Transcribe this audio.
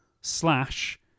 slash